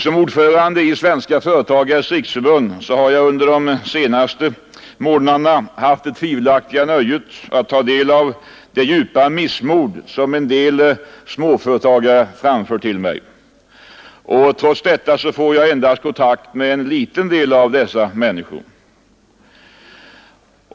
Som ordförande i Svenska företagares riksförbund har jag under den senaste tiden haft det tvivelaktiga nöjet att ta del av det djupa missmod som en del småföretagare framfört till mig. Och trots detta har jag i denna fråga endast haft kontakt med en liten del av dessa människor.